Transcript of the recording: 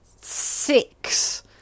Six